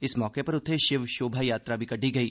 इस मौके पर उत्थे शिव शोभा यात्रा बी कड्डी गेई